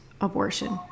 abortion